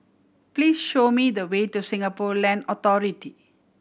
please show me the way to Singapore Land Authority